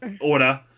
order